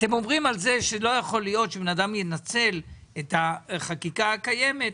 אתם אומרים שלא יכול להיות שבן אדם ינצל את החקיקה הקיימת,